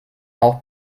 auch